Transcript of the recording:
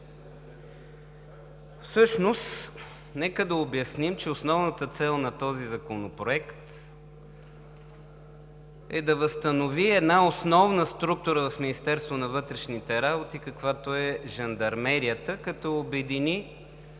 Всъщност нека да обясним, че основната цел на този законопроект е да възстанови една основна структура в Министерството на вътрешните работи, каквато е Жандармерията, като я обедини